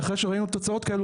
אחרי שראינו תוצאות כאלו,